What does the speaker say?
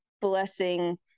blessing